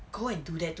go and do that to